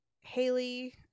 Haley